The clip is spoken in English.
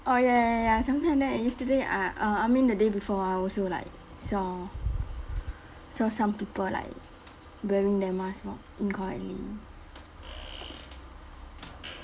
oh ya ya ya something like that yesterday I err I mean the day before I also like saw saw some people like wearing their mask more incorrectly